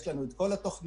יש לנו את כל התוכניות.